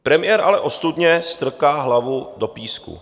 Premiér ale ostudně strká hlavu do písku.